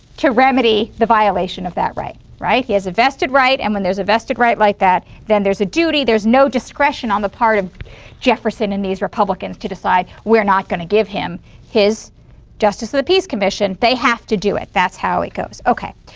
to remedy the violation of that right, right? he has a vested right and when there's a vested right like that then there's a duty. there's no discretion on the part of jefferson and these republicans to decide, we're not going to give him his justice of the peace commission. they have to do it. that's how it goes, okay?